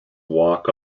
walked